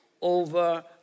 over